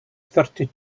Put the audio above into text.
thirty